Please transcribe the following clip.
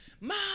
Mom